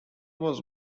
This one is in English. was